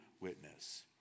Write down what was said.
witness